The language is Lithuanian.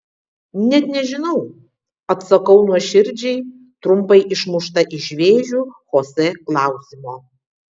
net nežinau atsakau nuoširdžiai trumpai išmušta iš vėžių chosė klausimo